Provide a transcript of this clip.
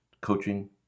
coaching